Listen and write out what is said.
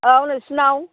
औ नोंसोरनाव